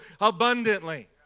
abundantly